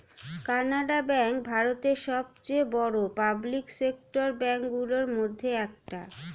Canara bank ভারতের সবচেয়ে বড় পাবলিক সেক্টর ব্যাঙ্ক গুলোর মধ্যে একটা